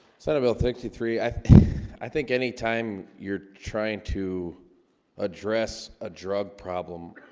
senate bill sixty three i think i think any time you're trying to address a drug problem.